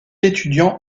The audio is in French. étudiant